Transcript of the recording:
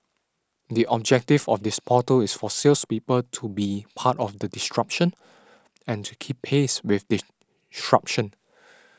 the objective of this portal is for salespeople to be part of the disruption and to keep pace with disruption